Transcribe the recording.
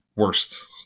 Worst